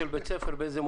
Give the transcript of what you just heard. בעצם,